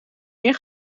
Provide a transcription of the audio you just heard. meer